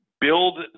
build